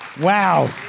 Wow